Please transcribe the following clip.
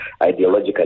ideologically